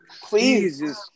Please